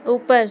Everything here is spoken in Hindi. ऊपर